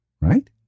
right